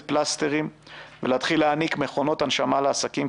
פלסטרים ולהתחיל להעניק מכונות הנשמה לעסקים,